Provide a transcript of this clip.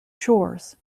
shores